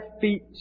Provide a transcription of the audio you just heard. feet